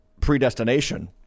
predestination